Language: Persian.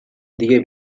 دیگر